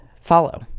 follow